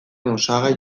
osagai